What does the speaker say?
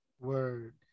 word